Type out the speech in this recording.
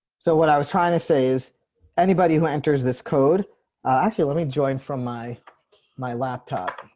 so what i was trying to say is anybody who enters this code actually let me join from my my laptop.